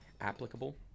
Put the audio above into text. applicable